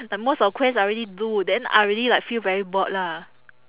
like most of quest I already do then I already like feel very bored lah